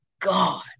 God